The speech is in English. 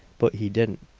but he didn't.